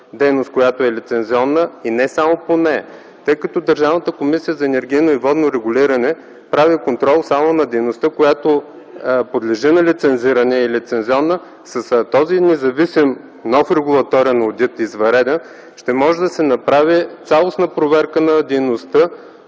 дейност, която е лицензионна, и не само по нея. Тъй като Държавната комисия по енергийно и водно регулиране прави контрол само на дейността, която подлежи на лицензиране и е лицензионна, с този независим нов регулаторен одит – извънреден, ще може да се направи цялостна проверка на дейността